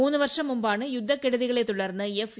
മൂന്ന് വർഷം മുമ്പാണ് യുദ്ധക്കെടുതികളെ തുടർന്ന് എഫ്